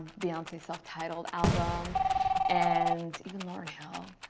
beyonce self-titled album and even lauryn hill